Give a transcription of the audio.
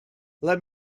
let